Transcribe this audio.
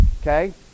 Okay